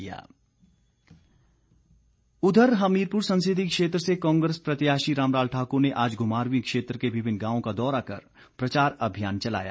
रामलाल ठाक्र उधर हमीरपुर संसदीय क्षेत्र से कांग्रेस प्रत्याशी रामलाल ठाकुर ने आज घुमारवीं क्षेत्र के विभिन्न गांवों का दौरा कर प्रचार अभियान चलाया